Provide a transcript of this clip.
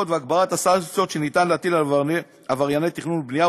והגברת הסנקציות שאפשר להטיל על עברייני תכנון ובנייה,